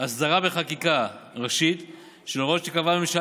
הסדרה בחקיקה ראשית של הוראות שקבעה הממשלה